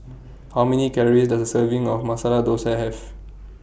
How Many Calories Does A Serving of Masala Thosai Have